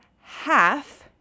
half